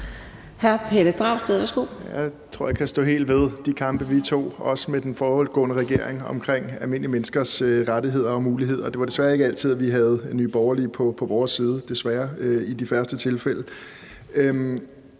Jeg tror, at jeg kan stå helt ved de kampe, vi tog også med den foregående regering, omkring almindelige menneskers rettigheder og muligheder. Det var desværre ikke altid, vi havde Nye Borgerlige på vores side. Desværre var det i de færreste tilfælde.